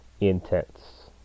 intense